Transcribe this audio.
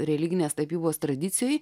religinės tapybos tradicijoje